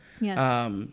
Yes